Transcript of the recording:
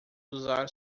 usar